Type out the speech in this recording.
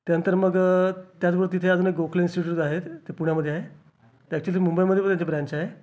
त्यानंतर मग त्याचबरोबर तिथे अजून एक गोखले इन्स्टिट्यूट आहे ते पुण्यामध्ये आहे त्याची जे मुंबईमध्ये पण याची ब्रांच आहे